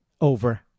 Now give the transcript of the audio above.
over